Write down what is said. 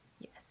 Yes